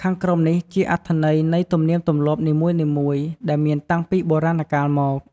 ខាងក្រោមនេះជាអត្ថន័យនៃទំនៀមទម្លាប់នីមួយៗដែលមានតាំងពីបុរាណកាលមក។